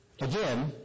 Again